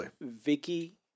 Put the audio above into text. Vicky